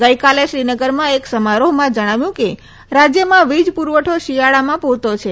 ગઈકાલે શ્રીનગરમાં એક સમારોહમાં જણાવ્યું કે રાજ્યમાં વીજ પુરવઠો શિયાળામાં પુરતો છે